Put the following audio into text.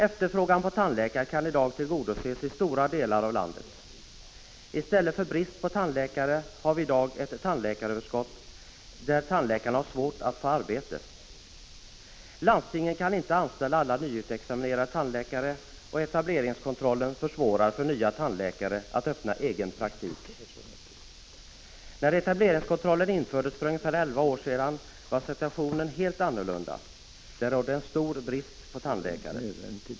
Efterfrågan på tandläkare kan i dag tillgodoses i stora delar av landet. I stället för brist på tandläkare har vi i dag ett tandläkaröverskott— tandläkarna har svårt att få arbete. Landstingen kan inte anställa alla nyutexaminerade tandläkare, och etableringskontrollen försvårar för nya tandläkare att öppna egen praktik. När etableringskontrollen infördes för ungefär elva år sedan var situationen helt annorlunda. Det rådde en stor brist på tandläkare då.